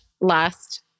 last